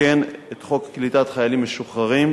לתקן את חוק קליטת חיילים משוחררים,